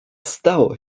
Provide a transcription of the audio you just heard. stało